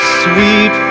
sweet